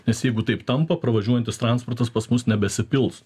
nes jeigu taip tampa pravažiuojantis transportas pas mus nebesipils